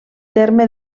terme